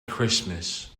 christmas